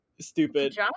Stupid